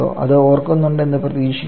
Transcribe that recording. അത് ഓർക്കുന്നുണ്ട് എന്ന് പ്രതീക്ഷിക്കുന്നു